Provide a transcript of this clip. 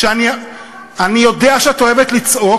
אני יודע שאת אוהבת לצעוק.